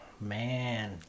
Man